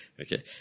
okay